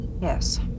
Yes